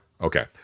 Okay